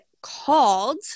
called